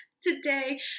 today